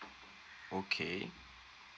okay